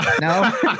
No